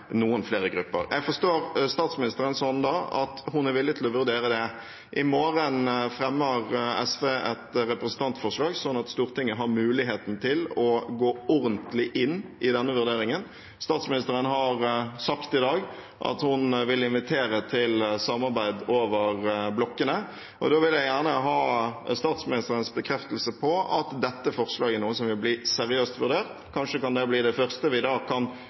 noen flere grupper. Jeg forstår statsministeren slik at hun er villig til å vurdere det. I morgen fremmer SV et representantforslag, slik at Stortinget har muligheten til å gå ordentlig inn i denne vurderingen. Statsministeren har sagt i dag at hun vil invitere til samarbeid over blokkene, og da vil jeg gjerne ha statsministerens bekreftelse på at dette forslaget er noe som vil bli seriøst vurdert. Kanskje kan det bli det første vi